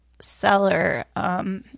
seller